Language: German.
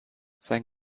sein